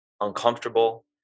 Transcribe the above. uncomfortable